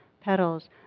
petals